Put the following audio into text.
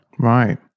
Right